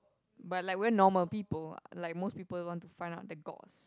but like we're normal people like most people will want to find out the goss